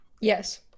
Yes